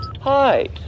hi